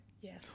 Yes